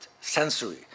sensory